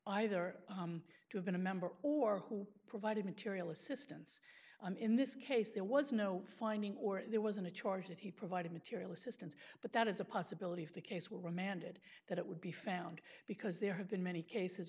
either to have been a member or who provided material assistance i'm in this case there was no finding or there wasn't a charge that he provided material assistance but that is a possibility of the case will remanded that it would be found because there have been many cases